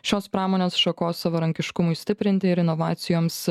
šios pramonės šakos savarankiškumui stiprinti ir inovacijoms